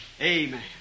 Amen